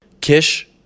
Kish